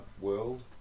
world